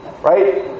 Right